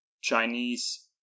Chinese